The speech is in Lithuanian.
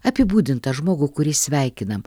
apibūdint tą žmogų kurį sveikinam